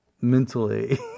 mentally